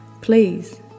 please